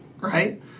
right